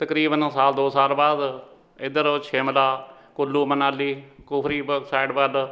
ਤਕਰੀਬਨ ਸਾਲ ਦੋ ਸਾਲ ਬਾਅਦ ਇੱਧਰ ਸ਼ਿਮਲਾ ਕੁੱਲੂ ਮਨਾਲੀ ਕੁਫ਼ਰੀ ਬ ਸਾਈਡ ਬਡ